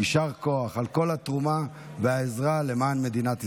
יישר כוח על כל התרומה והעזרה למען מדינת ישראל.